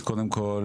אז קודם כל,